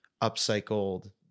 upcycled